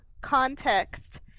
context